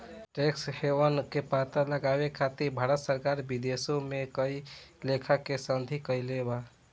tax haven के पता लगावे खातिर भारत सरकार विदेशों में कई लेखा के संधि कईले बा